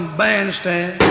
bandstand